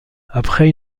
après